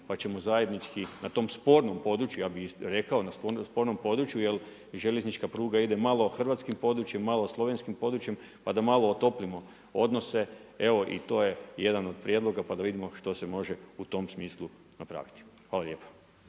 pa ćemo zajednički, na tom spornom području, ja bi isto rekao, na tom spornom području, jer željeznička pruga ide malo hrvatskim područjem, malo slovenskim područjem, pa da malo otopimo odnose. Evo, i to je jedan od prijedloga pa da vidimo što se može u tom smislu napraviti. Hvala lijepa.